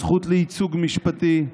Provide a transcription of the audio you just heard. הזכות לייצוג משפטי,